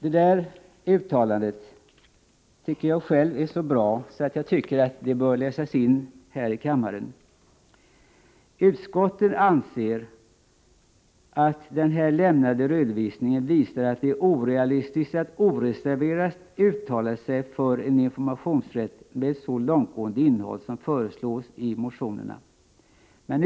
På den punkten har utskottet gjort ett uttalande som jag själv tycker är så bra att det bör läsas i kammaren: ”Utskottet anser att den här lämnade redovisningen visar att det är orealistiskt att oreserverat uttala sig för en informationsrätt med ett så långtgående innehåll som föreslås i de aktuella motionerna.